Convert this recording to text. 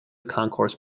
concourse